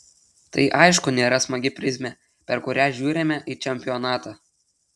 tai aišku nėra smagi prizmė per kurią žiūrime į čempionatą